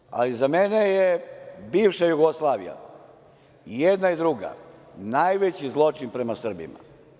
Veliki zločin, ali za mene je bivša Jugoslavija, i jedna i druga, najveći zločin prema Srbima.